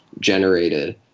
generated